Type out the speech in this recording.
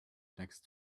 next